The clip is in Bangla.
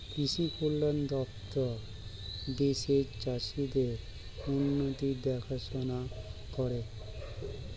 কৃষি কল্যাণ দপ্তর দেশের চাষীদের উন্নতির দেখাশোনা করে